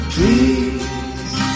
Please